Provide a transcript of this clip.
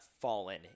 fallen